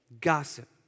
gossip